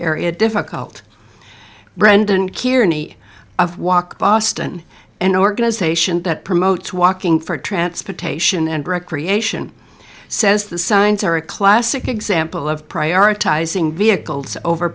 area difficult brendan kiran e of walk boston an organization that promotes walking for transportation and recreation says the signs are a classic example of prioritizing vehicles over